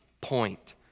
point